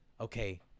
okay